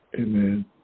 Amen